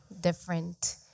different